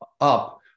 up